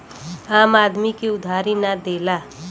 आम आदमी के उधारी ना देला